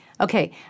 Okay